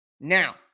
Now